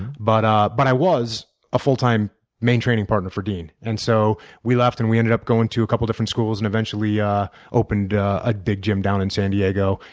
but but i was a full time main training partner for dean. and so we left, and we ended up going to a couple different schools and eventually yeah opened a a big gym down in san diego.